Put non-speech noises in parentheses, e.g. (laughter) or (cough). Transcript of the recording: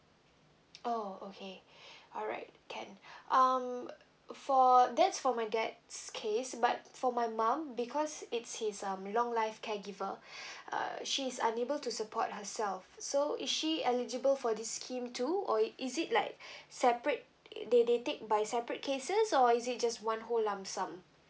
oh okay (breath) alright can (breath) um for that's for my dad's case but for my mom because it's his um long life caregiver (breath) uh she's unable to support herself so is she eligible for this scheme too or is it like (breath) separate they they take by separate cases or is it just one whole lump sum